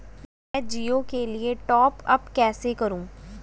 मैं जिओ के लिए टॉप अप कैसे करूँ?